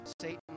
Satan